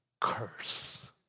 curse